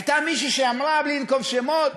הייתה מישהי שאמרה, בלי לנקוב בשמות,